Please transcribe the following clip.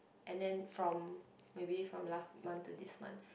and then from maybe from last month to this month